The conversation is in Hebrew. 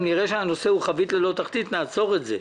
נראה שהנושא הוא חבית ללא תחתית נעצור את זה".